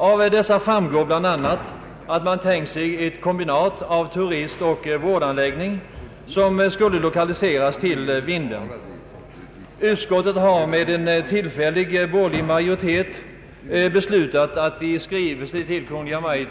Av dessa framgår bl.a. att man tänkt sig ett kombinat av turistoch vårdanläggning som skulle lokaliseras till Vindeln. Utskottet har med en tillfällig borgerlig majoritet beslutat föreslå riksdagen att i skrivelse till Kungl. Maj:t